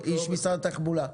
לא מכולות.